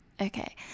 okay